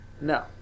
No